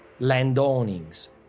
landownings